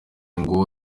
ngo